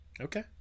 Okay